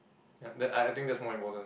ya that I I think that's more important